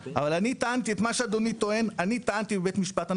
אבל אני טענתי את מה שאדוני טוען אני טענתי בבית משפט.